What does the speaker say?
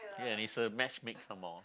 ya and it's a match make some more